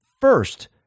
first